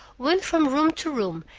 went from room to room,